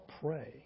pray